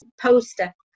poster